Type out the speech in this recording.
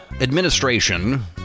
administration